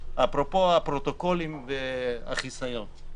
אפרופו הפרוטוקולים והחיסיון.